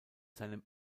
seinem